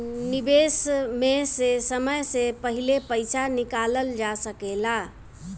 निवेश में से समय से पहले पईसा निकालल जा सेकला?